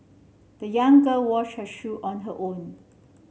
the young girl washed her shoe on her own